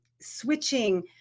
switching